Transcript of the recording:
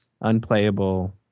unplayable